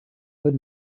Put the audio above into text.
good